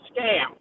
scam